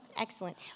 Excellent